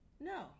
No